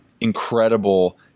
incredible